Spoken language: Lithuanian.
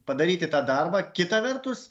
padaryti tą darbą kita vertus